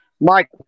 Mike